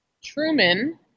Truman